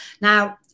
Now